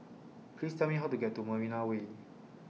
Please Tell Me How to get to Marina Way